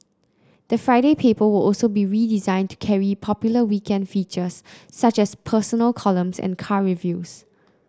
the Friday paper will also be redesigned to carry popular weekend features such as personal columns and car reviews